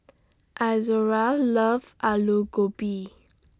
Izora loves Alu Gobi